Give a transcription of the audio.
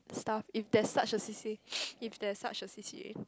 stuff if there's such a C_C_A if there's such a C_C_A